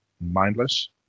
mindless